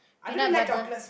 peanut butter